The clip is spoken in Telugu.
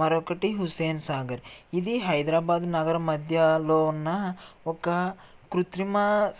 మరొకటి హుస్సేన్ సాగర్ ఇది హైదరాబాదు నగర మధ్యలో ఉన్న ఒక కృత్రిమ